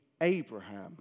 Abraham